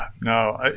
No